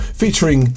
featuring